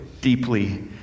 deeply